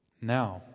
Now